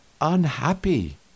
unhappy